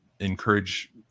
encourage